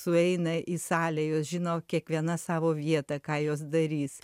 sueina į salę jos žino kiekviena savo vietą ką jos darys